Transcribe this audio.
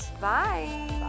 bye